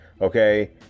Okay